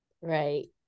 Right